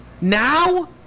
now